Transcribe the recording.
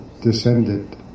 descended